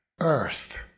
earth